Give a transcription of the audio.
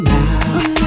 now